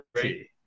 great